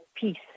peace